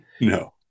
No